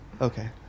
Okay